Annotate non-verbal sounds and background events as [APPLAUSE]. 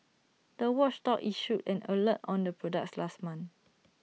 the watchdog issued an alert on the products last month [NOISE]